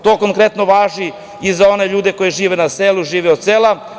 To konkretno važi i za one ljude koji žive na selu, žive od sela.